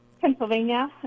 Pennsylvania